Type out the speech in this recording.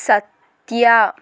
సత్య